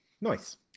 Nice